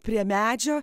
prie medžio